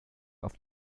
auf